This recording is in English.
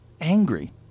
Angry